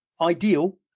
ideal